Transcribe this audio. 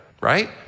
right